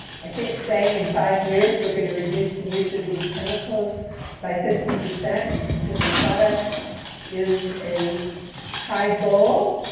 i think saying in five years, we're going to reduce the use of these chemicals by fifty percent in consumer products is a high goal.